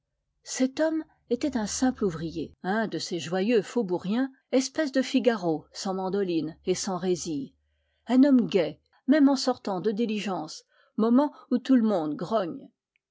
cet homme était un simple ouvrier un de ces joyeux faubouriens espèce de figaro sans mandoline et sans résille un homme gai même en sortant de diligence moment où tout le monde grogne